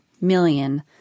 million